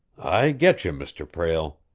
i getcha, mr. prale.